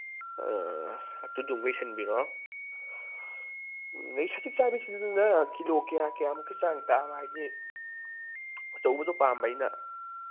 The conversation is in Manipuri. ꯑꯥ ꯑꯗꯨꯗꯨꯝꯒ ꯏꯁꯤꯟꯕꯤꯔꯣ ꯑꯗꯒꯤ ꯁꯖꯤꯛ ꯆꯥꯕꯤꯁꯤꯅ ꯀꯤꯂꯣ ꯀꯌꯥ ꯀꯌꯥꯃꯨꯛꯀꯤ ꯆꯥꯡ ꯇꯥꯕ ꯍꯥꯏꯗꯤ ꯑꯆꯧꯕꯗꯨ ꯄꯥꯝꯕ ꯑꯩꯅ